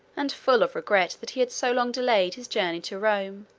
and full of regret that he had so long delayed his journey to rome,